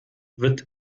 wird